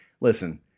Listen